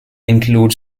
includes